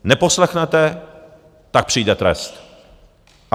Neposlechnete, tak přijde trest!